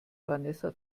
vanessa